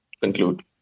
conclude